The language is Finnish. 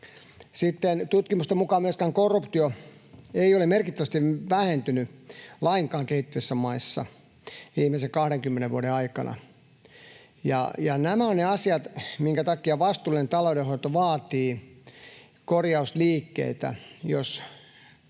Sitten tutkimusten mukaan myöskään korruptio ei ole merkittävästi vähentynyt lainkaan kehittyvissä maissa viimeisten 20 vuoden aikana. Nämä ovat ne asiat, minkä takia vastuullinen taloudenhoito vaatii korjausliikkeitä, jos rahat eivät